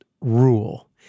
rule